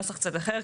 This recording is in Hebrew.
אבל בנוסח קצת אחר.